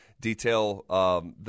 detail